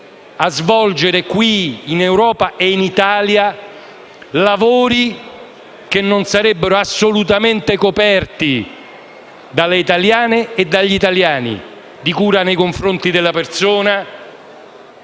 a svolgere qui, in Europa e in Italia, lavori che non sarebbero assolutamente coperti dalle italiane e dagli italiani: penso ai lavori di cura nei confronti della persona,